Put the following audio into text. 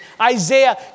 Isaiah